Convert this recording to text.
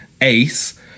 Ace